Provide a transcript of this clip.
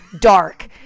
dark